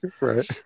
Right